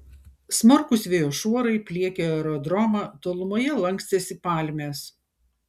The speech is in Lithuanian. smarkūs vėjo šuorai pliekė aerodromą tolumoje lankstėsi palmės